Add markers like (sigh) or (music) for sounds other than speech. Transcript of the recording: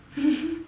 (laughs)